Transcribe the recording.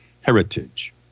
heritage